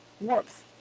warmth